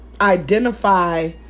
identify